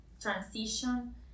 transition